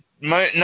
No